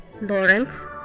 Lawrence